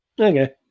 okay